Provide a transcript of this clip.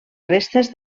restes